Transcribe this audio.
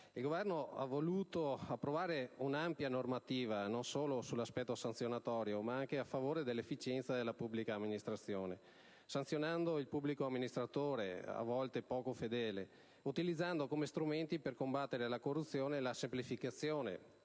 Il Governo ha voluto approvare un'ampia normativa, non solo sull'aspetto sanzionatorio ma anche a favore dell'efficienza della pubblica amministrazione, sanzionando il pubblico amministratore, a volte poco fedele, utilizzando come strumenti per combattere la corruzione, la semplificazione,